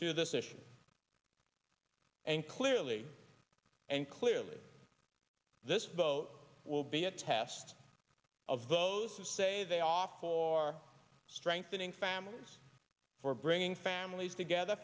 issue and clearly and clearly this vote will be a test of those who say they offer for strengthening families for bringing families together